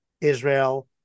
Israel